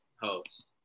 host